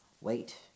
wait